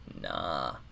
nah